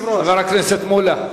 הכנסת מולה,